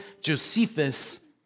Josephus